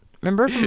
Remember